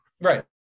Right